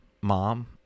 mom